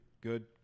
Good